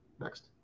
Next